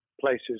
places